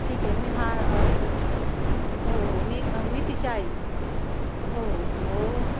ठीक आहे मी हा अर्ज हो हो मी मी तिच्या आई हो हो